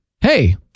hey